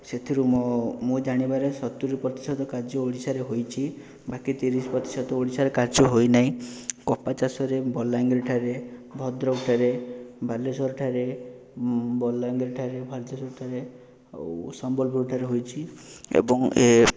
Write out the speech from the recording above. ସେଥିରୁ ମୋ ମୁଁ ଜାଣିବାରେ ସତୁରି ପ୍ରତିଶତ କାର୍ଯ୍ୟ ଓଡ଼ିଶାରେ ହୋଉଛି ବାକି ତିରିଶ ପ୍ରତିଶତ ଓଡ଼ିଶାରେ କାର୍ଯ୍ୟ ହୋଇ ନାହିଁ କପା ଚାଷରେ ବଲାଙ୍ଗୀରଠାରେ ଭଦ୍ରକଠାରେ ବାଲେଶ୍ୱରଠାରେ ବଲାଙ୍ଗିରଠାରେ ଭଦ୍ରକଠାରେ ଆଉ ସମ୍ବଲପୁରଠାରେ ହୋଇଛି ଏବଂ ଏ